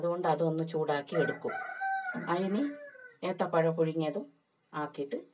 അതുകൊണ്ട് അതും ഒന്ന് ചൂടാക്കി എടുക്കും അതിന് ഏത്തപ്പഴം പുഴുങ്ങിയതും ആക്കിയിട്ട് കൊടുക്കുന്നതാണ്